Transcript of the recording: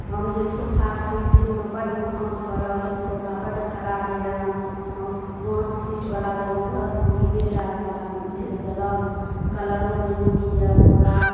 हम जे सोफे खरीदलहुँ हँ बड महग पड़ल ओ सोफा बड खराब यऽ हम पाँच सीट वला लेलहुँ रह ओ तीनेटा वला भेज देलक कलरो नहि नीक यऽ पुरा